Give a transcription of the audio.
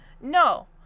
No